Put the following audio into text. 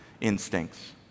instincts